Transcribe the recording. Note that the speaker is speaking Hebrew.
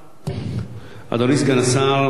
אדוני סגן השר,